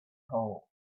hole